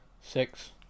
six